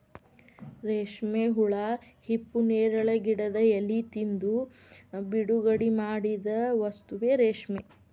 ರೇಶ್ಮೆ ಹುಳಾ ಹಿಪ್ಪುನೇರಳೆ ಗಿಡದ ಎಲಿ ತಿಂದು ಬಿಡುಗಡಿಮಾಡಿದ ವಸ್ತುವೇ ರೇಶ್ಮೆ